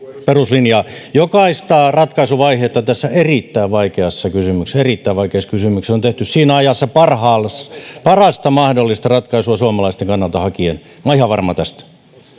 peruslinjaa ja jokaista ratkaisuvaihetta tässä erittäin vaikeassa kysymyksessä erittäin vaikeassa kysymyksessä on tehty siinä ajassa parasta mahdollista ratkaisua suomalaisten kannalta hakien minä olen ihan varma tästä